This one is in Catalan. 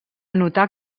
notar